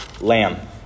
Lamb